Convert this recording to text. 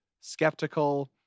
skeptical